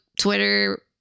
Twitter